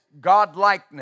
godlikeness